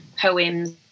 poems